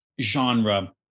genre